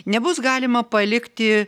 nebus galima palikti